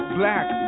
black